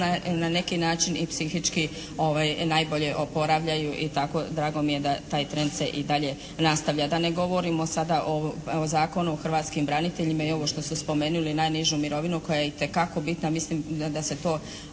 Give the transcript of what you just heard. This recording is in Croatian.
na neki način i psihički najbolje oporavljaju i drago mi je da taj trend se i dalje nastavlja, da ne govorimo sada o Zakonu o hrvatskim braniteljima i ovo što ste spomenuli najnižu mirovinu koja je itekako bitna. Mislim da se to